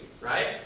right